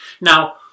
Now